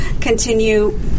continue